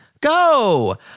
Go